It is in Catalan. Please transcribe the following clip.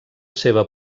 seva